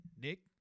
Nick